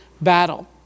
battle